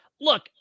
Look